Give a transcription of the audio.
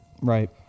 Right